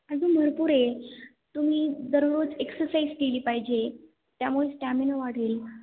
अजून भरपूर आहे तुम्ही दररोज एक्सरसाईज केली पाहिजे त्यामुळे स्टॅमिना वाढेल